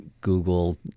Google